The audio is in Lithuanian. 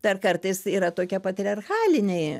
dar kartais yra tokia patriarchaliniai